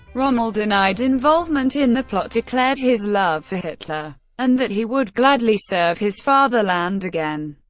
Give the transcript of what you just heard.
rommel denied involvement in the plot, declared his love for hitler and that he would gladly serve his fatherland again.